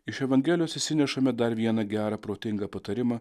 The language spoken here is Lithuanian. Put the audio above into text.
iš evangelijos išsinešame dar vieną gerą protingą patarimą